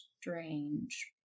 strange